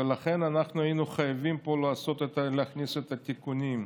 ולכן אנחנו היינו חייבים להכניס את התיקונים,